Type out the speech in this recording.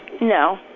No